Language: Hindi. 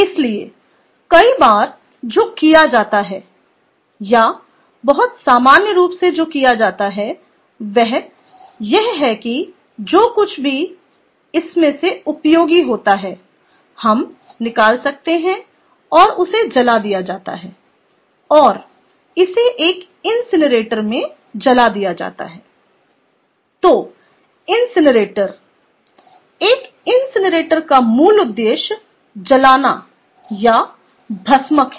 इसलिए कई बार जो किया जाता है या बहुत सामान्य रूप से जो किया जाता है वह यह है कि जो कुछ भी इसमें से उपयोगी होता है हम निकाल सकते हैं और उसे जला दिया जाता है और इसे एक इनसिनरेटर में जला दिया जाता है तो इनसिनरेटर एक इनसिनरेटर का मूल उद्देश्य जलाना या भस्मक है